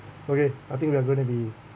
okay I think we are going to be